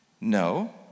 No